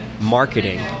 marketing